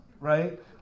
right